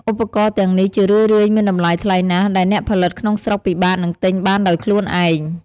ឧបករណ៍ទាំងនេះជារឿយៗមានតម្លៃថ្លៃណាស់ ដែលអ្នកផលិតក្នុងស្រុកពិបាកនឹងទិញបានដោយខ្លួនឯង។